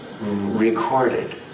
recorded